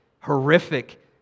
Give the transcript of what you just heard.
horrific